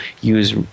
use